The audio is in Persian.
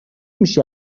میشی